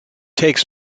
takes